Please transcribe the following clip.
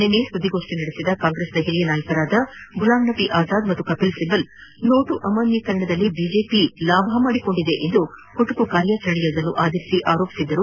ನಿನ್ನೆ ಪತ್ರಿಕಾಗೋಪ್ಟಿ ನಡೆಸಿದ್ದ ಕಾಂಗ್ರೆಸ್ನ ಹಿರಿಯ ನಾಯಕರಾದ ಗುಲಾಂ ನಬೀ ಆಜಾದ್ ಹಾಗೂ ಕಪಲ್ ಸಿಬಲ್ ನೋಟು ಅಮಾನ್ಲೀಕರಣದಲ್ಲಿ ಬಿಜೆಪಿ ಲಾಭ ಮಾಡಿಕೊಂಡಿದೆ ಎಂದು ಕುಟುಕು ಕಾರ್ಯಾಚರಣೆಯೊಂದನ್ನು ಆಧರಿಸಿ ಆರೋಪಿಸಿದ್ದರು